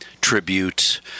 Tribute